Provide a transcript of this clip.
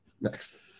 next